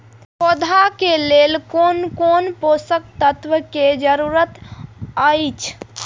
पौधा के लेल कोन कोन पोषक तत्व के जरूरत अइछ?